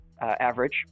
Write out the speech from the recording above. average